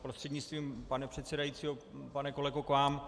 Prostřednictvím pana předsedajícího pane kolego k vám.